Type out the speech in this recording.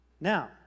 Now